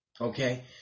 Okay